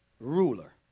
ruler